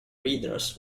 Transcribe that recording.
readers